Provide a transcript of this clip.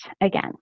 again